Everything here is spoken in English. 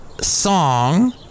song